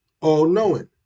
all-knowing